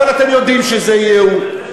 אבל אתם יודעים שזה יהיה הוא,